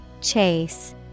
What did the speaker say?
Chase